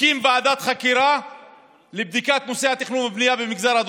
הקים ועדת חקירה לבדיקת נושא התכנון והבנייה במגזר הדרוזי,